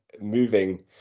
moving